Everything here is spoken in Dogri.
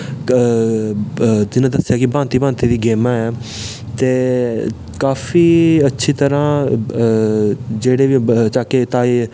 जि'यां दस्सेआ कि भांति भांति दियां गेमां हैन ते काफी अच्छी तरह जेह्ड़े बी इ'दें चा केह्